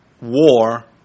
war